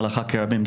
הלכה כרבים,